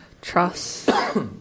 Trust